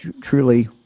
truly